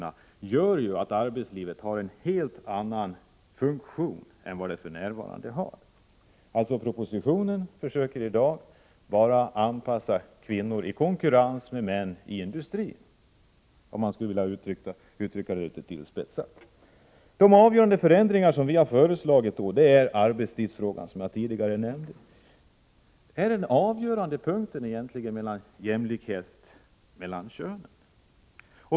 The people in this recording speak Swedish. De åtgärder som föreslås i propositionen går ut på att kvinnorna i sitt arbete inom industrin skall anpassa sig för att konkurrera med männen, för att uttrycka det litet tillspetsat. En av de avgörande förändringar vi har föreslagit är, som jag nämnde tidigare, arbetstidsförkortningen. Den är avgörande för om man skall kunna uppnå jämställdhet mellan könen.